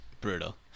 Brutal